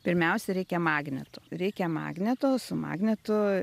pirmiausia reikia magneto reikia magneto su magnetu